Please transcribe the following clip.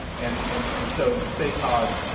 and and and so the sacog